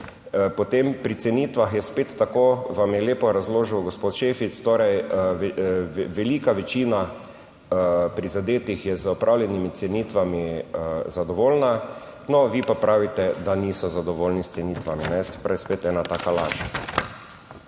Potem pri cenitvah je spet tako, vam je lepo razložil gospod Šefic, torej, velika večina prizadetih je z opravljenimi cenitvami zadovoljna, no, vi pa pravite, da niso zadovoljni s cenitvami. Se pravi, je